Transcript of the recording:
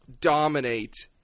dominate